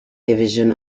division